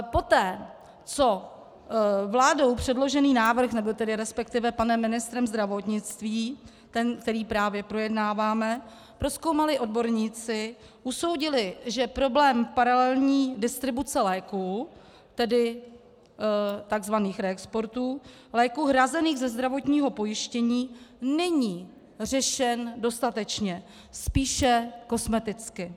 Poté, co vládou předložený návrh, nebo resp. panem ministrem zdravotnictví, ten, který právě projednáváme, prozkoumali odborníci, usoudili, že problém paralelní distribuce léků, tedy tzv. reexportů, léků hrazených ze zdravotního pojištění, není řešen dostatečně, spíše kosmeticky.